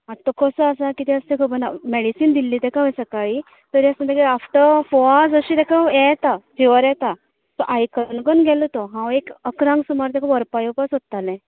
आतां तो कसो आसा तें खबर ना मेडिसीन दिल्ली तेका हांवें सकाळी तरी आसता तेका आफ्टर फोर अवर्स अशें तेका यें येता फिवर येता तो आयकन लागून गेल्लो तो हांव एक अकरांक सुमार तेका व्हरपा येवपा सोदतालें